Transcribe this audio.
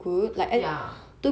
ya